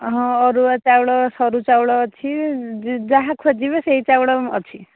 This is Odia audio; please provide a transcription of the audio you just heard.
ହଁ ଅରୁଆ ଚାଉଳ ସରୁ ଚାଉଳ ଅଛି ଯାହା ଖୋଜିବେ ସେଇ ଚାଉଳ ଅଛି